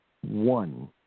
one